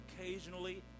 occasionally